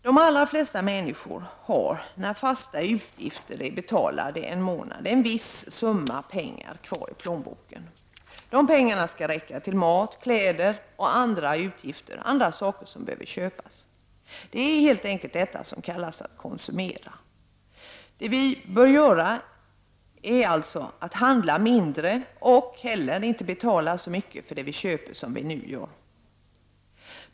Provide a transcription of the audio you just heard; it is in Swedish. De allra flesta människor har när fasta utgifter är betalda en viss summa pengar kvar i plånboken. Dessa pengar skall räcka till mat, kläder och andra saker som behöver köpas. Det är helt enkelt detta som kallas att konsumera. Det vi bör göra är alltså att handla mindre och/eller inte betala så mycket för det vi köper som vi nu gör.